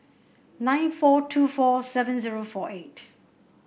nine four two four seven zero four eight